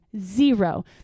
Zero